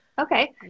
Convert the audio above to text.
okay